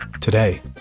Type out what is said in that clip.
Today